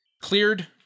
cleared